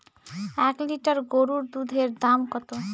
এক লিটার গরুর দুধের দাম কত?